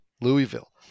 Louisville